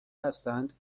هستند